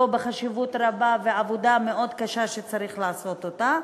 בחשיבות רבה ועבודה מאוד קשה שצריך לעשות אותה,